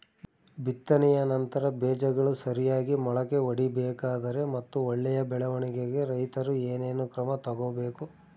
ಬಿತ್ತನೆಯ ನಂತರ ಬೇಜಗಳು ಸರಿಯಾಗಿ ಮೊಳಕೆ ಒಡಿಬೇಕಾದರೆ ಮತ್ತು ಒಳ್ಳೆಯ ಬೆಳವಣಿಗೆಗೆ ರೈತರು ಏನೇನು ಕ್ರಮ ತಗೋಬೇಕು?